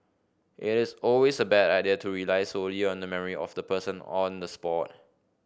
it is always a bad idea to rely solely on the memory of the person on the spot